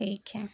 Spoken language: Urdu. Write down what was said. ٹھیک ہے